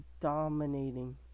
dominating